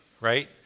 right